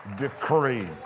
decree